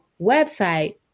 website